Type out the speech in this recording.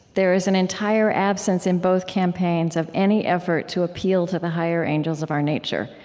there is an entire absence in both campaigns of any effort to appeal to the higher angels of our nature.